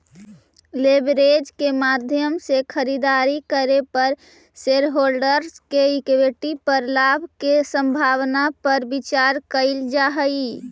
leverage के माध्यम से खरीदारी करे पर शेरहोल्डर्स के इक्विटी पर लाभ के संभावना पर विचार कईल जा हई